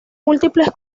múltiples